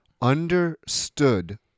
understood